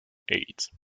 eight